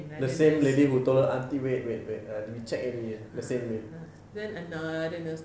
the same lady who told her aunty wait wait err we check already eh the same la~